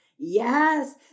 Yes